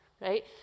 right